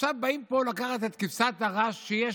עכשיו באים פה לקחת את כבשת הרש שיש